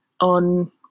on